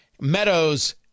Meadows